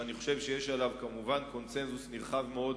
ואני חושב שיש עליו כמובן קונסנזוס נרחב מאוד